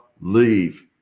leave